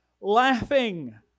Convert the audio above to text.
laughing